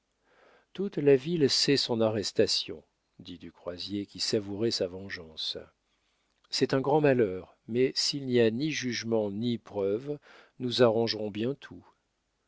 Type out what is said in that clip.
toute la ville sait son arrestation dit du croisier qui savourait sa vengeance c'est un grand malheur mais s'il n'y a ni jugement ni preuves nous arrangerons bien tout